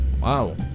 wow